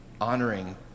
honoring